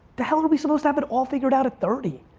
the hell are we supposed to have it all figured at thirty?